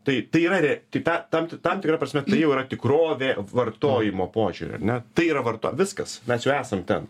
tai tai yra re tai ta tam tam tikra prasme tai jau yra tikrovė vartojimo požiūriu ne tai yra varto viskas mes jau esam ten